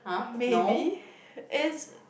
maybe is